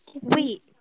Wait